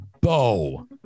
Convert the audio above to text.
bow